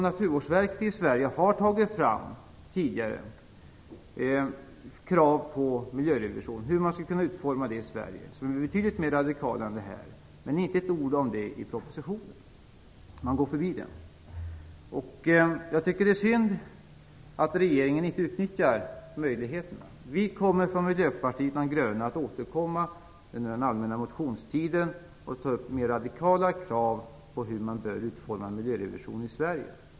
Naturvårdsverket i Sverige har tidigare tagit fram krav på miljörevision och utformningen av en sådan, och de kraven är betydligt mera radikala än det här. Det sägs inte ett ord om det i propositionen, utan man går förbi det. Jag tycker att det är synd att regeringen inte utnyttjar den möjligheten. Vi från Miljöpartiet de gröna återkommer under den allmänna motionstiden och tar upp mera radikala krav på utformningen av en miljörevision i Sverige.